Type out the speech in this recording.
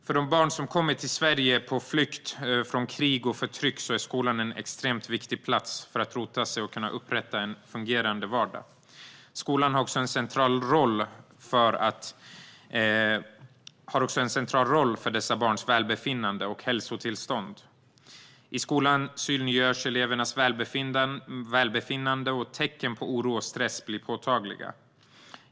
För de barn som kommer till Sverige på flykt från krig och förtryck är skolan en extremt viktig plats för att rota sig och kunna upprätta en fungerande vardag. Skolan har också en central roll för dessa barns välbefinnande och hälsotillstånd. I skolan synliggörs elevernas välbefinnande, och tecken på oro och stress blir påtagliga.